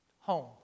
home